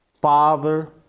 father